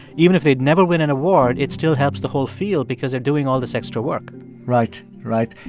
even if they'd never win an award, it still helps the whole field because they're doing all this extra work right. right.